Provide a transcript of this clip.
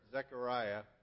Zechariah